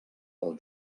pel